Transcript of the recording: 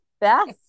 best